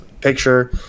picture